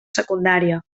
secundària